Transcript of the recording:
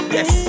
Yes